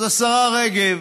אז השרה רגב,